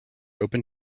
open